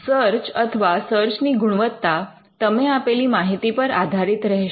search અથવા search ની ગુણવત્તા તમે આપેલી માહિતી પર આધારિત રહેશે